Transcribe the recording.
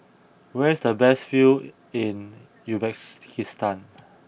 where is the best view in Uzbekistan